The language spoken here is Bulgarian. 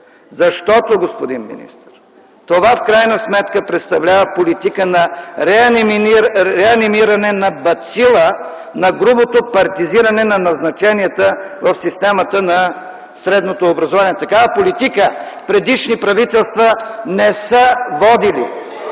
Защото, господин министър, това в крайна сметка представлява политика на реанимиране на бацила на грубото партизиране на назначенията в системата на средното образование. Такава политика предишни правителства не са водили.